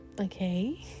okay